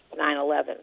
9-11